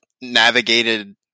navigated